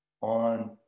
on